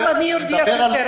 מי הרוויח יותר,